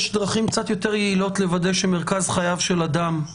יש דרכים קצת יותר יעילות לוודא שמרכז חייו של אדם הוא